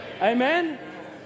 Amen